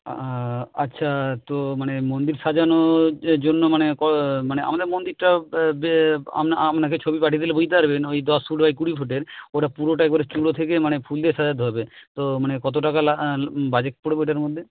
আচ্ছা তো মানে মন্দির সাজানোর জন্য মানে মানে আমাদের মন্দিরটা আপনাকে ছবি পাঠিয়ে দিলে বুঝতে পারবেন ওই দশ ফুট বাই কুড়ি ফুটের ওটা পুরোটাই একবারে চূড়া থেকে মানে ফুল দিয়ে সাজাতে হবে তো মানে কত টাকা বাজেট পড়বে ওইটার মধ্যে